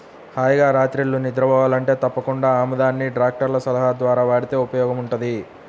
హాయిగా రాత్రిళ్ళు నిద్రబోవాలంటే తప్పకుండా ఆముదాన్ని డాక్టర్ల సలహా ద్వారా వాడితే ఉపయోగముంటది